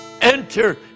Enter